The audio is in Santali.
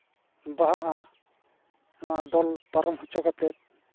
ᱵᱟᱦᱟᱜᱼᱟ ᱱᱚᱣᱟ ᱰᱚᱞ ᱯᱟᱨᱚᱢ ᱦᱚᱪᱚ ᱠᱟᱛᱮᱫ